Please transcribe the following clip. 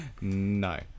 No